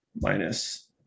minus